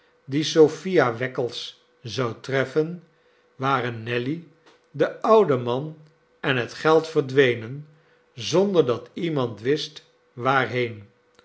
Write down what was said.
die sophia wackles zou treffen waren nelly de oude man en het geld verdwenen zonder dat iemand wist waarheen